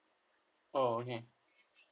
oh okay